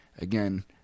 Again